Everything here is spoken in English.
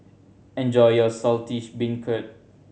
enjoy your Saltish Beancurd